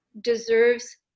deserves